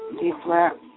D-flat